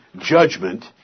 judgment